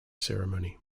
ceremony